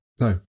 No